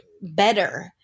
better